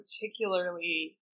particularly